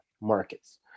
markets